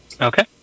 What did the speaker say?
Okay